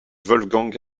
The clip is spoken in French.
wolfgang